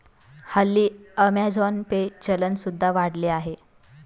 हल्ली Amazon Pay चे चलन सुद्धा वाढले आहे